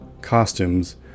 costumes